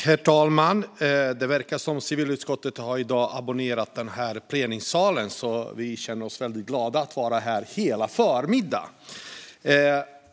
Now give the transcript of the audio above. Herr talman! Det verkar som att civilutskottet har abonnerat plenisalen i dag. Vi känner oss väldigt glada över att vara här hela förmiddagen.